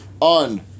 on